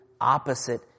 opposite